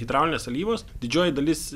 hidraulinės alyvos didžioji dalis